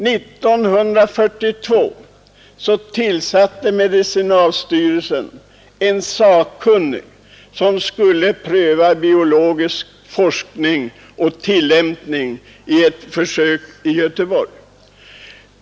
1942 tillsatte medicinalstyrelsen en sakkunnig som skulle pröva biologisk forskning och tillämpning i ett försök i Göteborg.